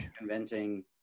inventing